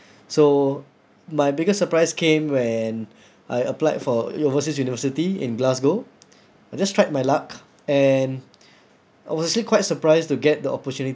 so my biggest surprise came when I applied for overseas university in glasgow I just tried my luck and I was actually quite surprised to get the opportunity